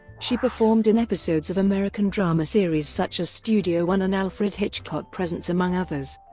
she performed in episodes of american drama series such as studio one and alfred hitchcock presents among others.